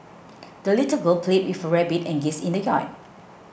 the little girl played with her rabbit and geese in the yard